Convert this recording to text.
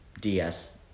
DS